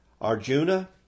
Arjuna